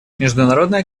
международная